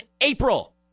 April